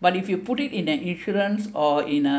but if you put it in an insurance or in a